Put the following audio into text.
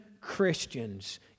Christians